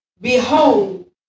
Behold